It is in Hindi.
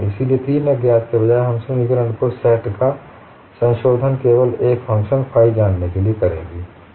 इसलिए तीन अज्ञात के बजाय हम समीकरणों के सेट का संशोधन केवल एक फ़ंक्शन फाइ जानने के लिए करेंगे